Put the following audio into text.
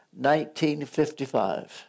1955